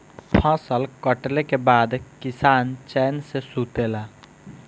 फसल कटले के बाद किसान चैन से सुतेला